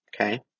Okay